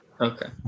Okay